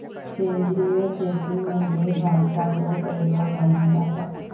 सेंद्रिय शेतीमध्ये भारताचो पहिलो क्रमांक आसा